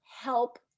help